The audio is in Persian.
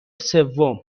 سوم